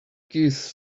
kiss